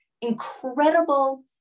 incredible